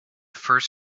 first